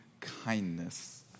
kindness